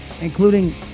including